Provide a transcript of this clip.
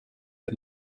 der